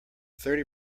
thirty